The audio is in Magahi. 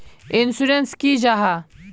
इंश्योरेंस की जाहा?